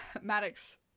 Maddox